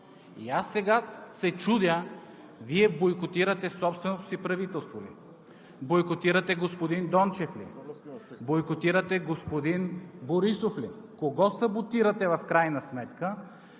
И аз сега се чудя – Вие бойкотирате собственото си правителство ли, бойкотирате господин Дончев ли, бойкотирате господин Борисов ли?! Кого саботирате в крайна сметка,